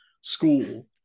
school